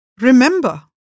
Remember